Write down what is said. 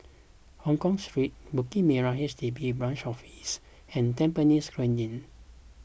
Hongkong Street Bukit Merah H D B Branch Office and Tampines Grande